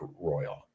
Royal